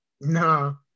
No